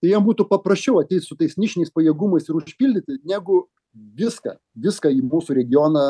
tai jiem būtų paprasčiau ateit su tais nišiniais pajėgumais ir užpildyti negu viską viską į mūsų regioną